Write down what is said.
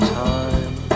time